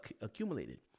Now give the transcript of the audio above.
accumulated